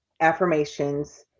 affirmations